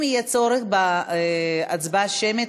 אם יהיה צורך בהצבעה שמית,